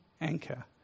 anchor